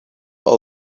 all